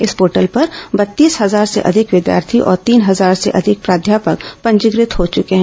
इस पोर्टल पर बत्तीस हजार से अधिक विद्यार्थी और तीन हजार से अधिक प्राध्यापक पंजीकृत हो चुके हैं